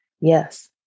yes